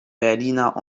berliner